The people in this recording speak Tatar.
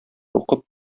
укып